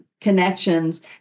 connections